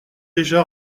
déjà